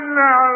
no